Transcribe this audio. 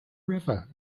river